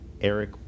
Eric